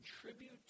contribute